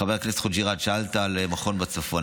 חבר הכנסת חוג'יראת, שאלת על מכון בצפון.